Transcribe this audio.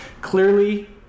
clearly